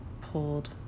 pulled